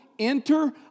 enter